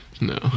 No